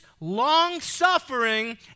long-suffering